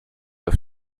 auf